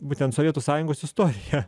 būtent sovietų sąjungos istoriją